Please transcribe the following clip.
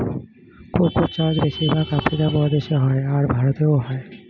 cocoa চাষ বেশির ভাগ আফ্রিকা মহাদেশে হয়, আর ভারতেও হয়